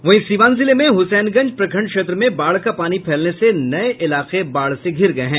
वहीं सीवान जिले में हुसैनगंज प्रखंड क्षेत्र में बाढ़ का पानी फैलने से नये इलाके बाढ़ से घिर गये हैं